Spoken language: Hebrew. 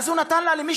אז הוא נתן אותה למשווק,